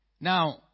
Now